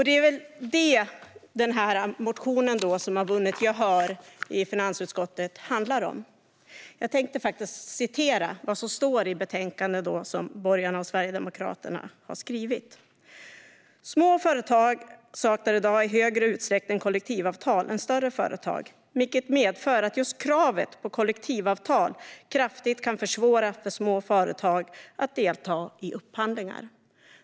Det är väl det motionen som har vunnit gehör i finansutskottet handlar om. Jag tänkte citera det som borgarna och Sverigedemokraterna har skrivit i betänkandet. "Små företag saknar i högre utsträckning kollektivavtal än större företag, vilket medför att just kravet på kollektivavtal kraftigt kan försvåra för små företag att delta i offentliga upphandlingar."